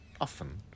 Often